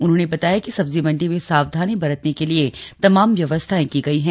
उन्होंने बताया कि सब्जी मंडी में सावधानी बरतने के लिए तमाम व्यवस्थाएं की गई हैं